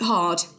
Hard